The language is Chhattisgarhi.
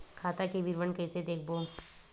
खाता के विवरण कइसे देखबो?